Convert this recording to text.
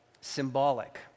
symbolic